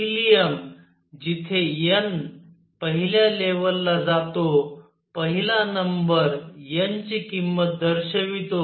helium जिथे n पहिल्या level ला जातो पहिला नंबर n ची किंमत दर्शवितो